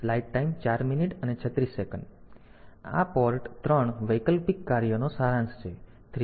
તેથી આ પોર્ટ 3 વૈકલ્પિક કાર્યનો સારાંશ છે 3